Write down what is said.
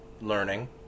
learning